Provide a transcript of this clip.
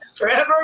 Forever